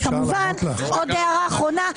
ועוד הערה אחרונה.